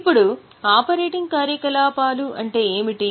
ఇప్పుడు ఆపరేటింగ్ కార్యకలాపాలు అంటే ఏంటి